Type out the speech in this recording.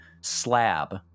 slab